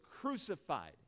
crucified